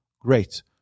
great